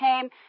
came